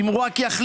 אם הוא רק יחליט